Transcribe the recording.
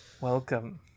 Welcome